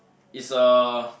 is a